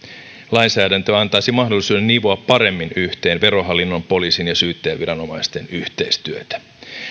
lainsäädäntö antaisi mahdollisuuden nivoa paremmin yhteen verohallinnon poliisin ja syyttäjäviranomaisten yhteistyötä